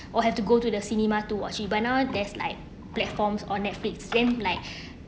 or have to go to the cinema to watch it but now there's like platforms or netflix then like